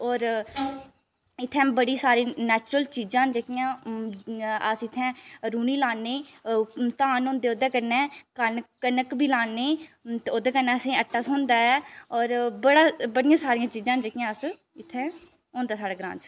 होर इत्थै बड़ी सारी नेचुरल चीज़ां न जेह्कियां अस इत्थें रूह्नी लान्ने धान होंदे ओह्दे कन्नै कन कनक बी लान्ने ते ओह्दे कन्नै असेंगी आटा थ्होंदा ऐ होर बड़ा बड़ियां सारियां चीज़ां न जेह्ड़ियां अस इत्थै होंदा साढ़े ग्रांऽ च